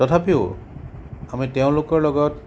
তথাপিও আমি তেওঁলোকৰ লগত